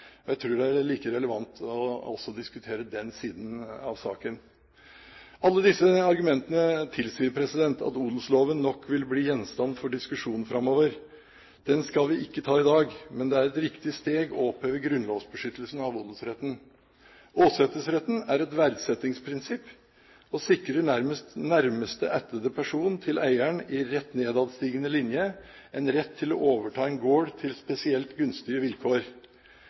og jeg tror det er relevant også å diskutere den siden av saken. Alle disse argumentene tilsier at odelsloven nok vil bli gjenstand for diskusjon framover. Den skal vi ikke ta i dag, men det er et riktig steg å oppheve grunnlovsbeskyttelsen av odelsretten. Åsetesretten er et verdsettingsprinsipp og sikrer nærmeste ættede person til eieren i rett nedadstigende linje en rett til å overta en gård til spesielt gunstige vilkår.